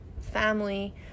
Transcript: family